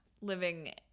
living